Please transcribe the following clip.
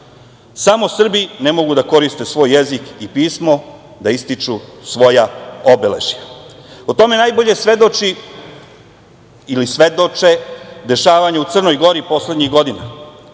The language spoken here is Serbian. samo Srbi ne mogu da koriste svoj jezik i pismo da ističu svoja obeležja. O tome najbolje svedoči ili svedoče dešavanja u Crnoj Gori poslednjih godina